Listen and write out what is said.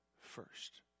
first